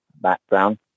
background